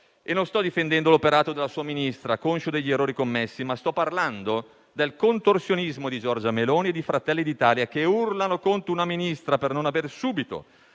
Non sto difendendo l'operato della sua Ministra, conscio degli errori commessi, ma sto parlando del contorsionismo di Giorgia Meloni e di Fratelli d'Italia, che urlano contro una Ministra per non avere subito